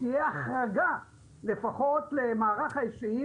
שתהיה החרגה לפחות למערך ההיסעים,